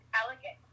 elegant